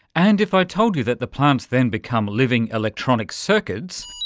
and if i told you that the plants then become living electronic circuits,